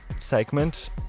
segment